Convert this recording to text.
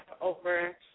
over